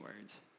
words